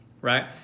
right